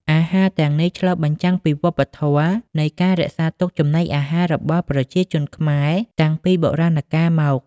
អាហារទាំងនេះឆ្លុះបញ្ចាំងពីវប្បធម៌នៃការរក្សាទុកចំណីអាហាររបស់ប្រជាជនខ្មែរតាំងពីបុរាណកាលមក។